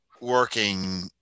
working